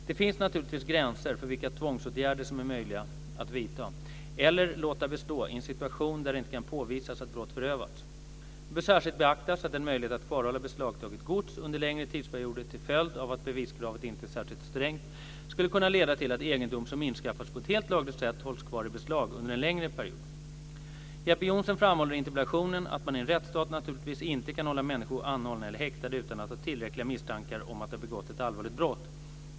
Det finns naturligtvis gränser för vilka tvångsåtgärder som är möjliga att vidta, eller låta bestå, i en situation där det inte kan påvisas att brott förövats. Det bör särskilt beaktas att en möjlighet att kvarhålla beslagtaget gods under längre tidsperioder, till följd av att beviskravet inte är särskilt strängt, skulle kunna leda till att egendom som inskaffats på ett helt lagligt sätt hålls kvar i beslag under en längre period. Jeppe Johnsson framhåller i interpellationen att man i en rättsstat naturligtvis inte kan hålla människor anhållna eller häktade utan att ha tillräckliga misstankar om att de begått ett allvarligt brott.